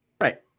Right